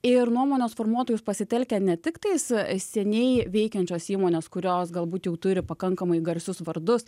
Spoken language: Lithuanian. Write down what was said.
ir nuomonės formuotojus pasitelkia ne tik tais senieji veikiančios įmonės kurios galbūt jau turi pakankamai garsius vardus